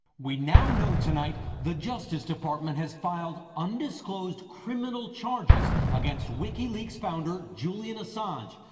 we now know tonight the justice department has filed undisclosed criminal charges against wikileaks founder julian assange,